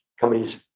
companies